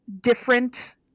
different